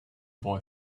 boy